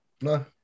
No